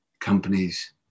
companies